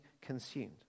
consumed